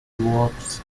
works